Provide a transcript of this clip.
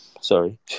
Sorry